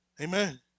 Amen